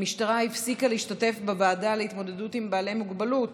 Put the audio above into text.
המשטרה הפסיקה להשתתף בוועדה להתמודדות עם בעלי מוגבלות,